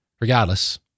Regardless